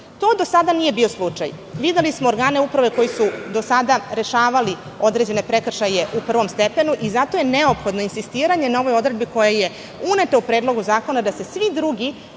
To do sada nije bio slučaj. Videli smo organe uprave koji su do sada rešavali određene prekršaje u prvom stepenu i zato je neophodno insistiranje na ovoj odredbi koja je uneta u Predlog zakona, da se svi drugi